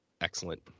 excellent